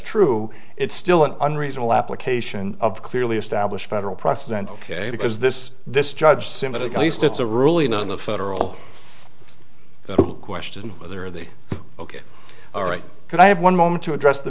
true it's still an unreasonable application of clearly established federal precedent ok because this this judge sympatico used it's a ruling on the federal question whether the ok all right could i have one moment to address the